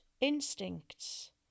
instincts